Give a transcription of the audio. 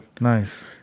Nice